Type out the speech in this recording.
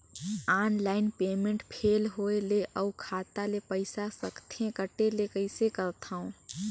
Online payment fail होय ले अउ खाता ले पईसा सकथे कटे ले कइसे करथव?